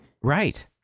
right